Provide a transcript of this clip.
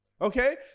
Okay